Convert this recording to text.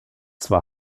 zwar